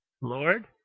Lord